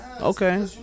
okay